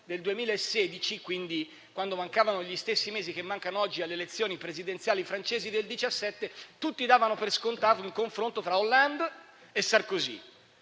del 2016, quando mancavano gli stessi mesi che mancano oggi alle elezioni presidenziali francesi del 2017, tutti davano per scontato un confronto tra Hollande e Sarkozy.